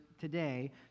today